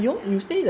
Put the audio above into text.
ya